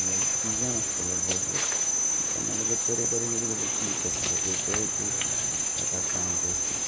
season आसता तो bird जो तेन्ना तुका तरेेतेचे तुका पक्षी दिसता थंयसर ते तूं काडटां हांव चडशीं